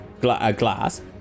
glass